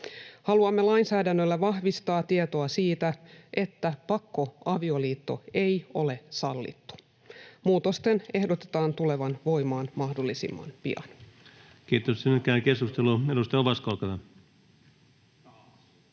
Haluamme lainsäädännöllä vahvistaa tietoa siitä, että pakkoavioliitto ei ole sallittu. Muutosten ehdotetaan tulevan voimaan mahdollisimman pian. [Speech 3] Speaker: